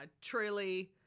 Truly